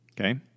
Okay